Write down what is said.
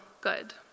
good